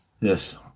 yes